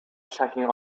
checking